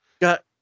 Got